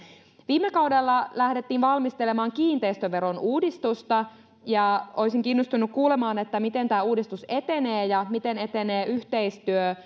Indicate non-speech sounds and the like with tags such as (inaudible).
viime kaudella lähdettiin valmistelemaan kiinteistöveron uudistusta ja olisin kiinnostunut kuulemaan miten tämä uudistus etenee ja miten etenee yhteistyö (unintelligible)